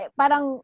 parang